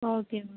okay ma'am